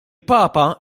papa